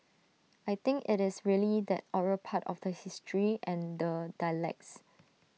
I think IT is really that oral part of the history and the dialects